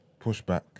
pushback